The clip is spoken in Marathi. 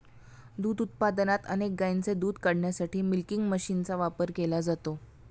दूध उत्पादनात अनेक गायींचे दूध काढण्यासाठी मिल्किंग मशीनचा वापर केला जातो